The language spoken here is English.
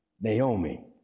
Naomi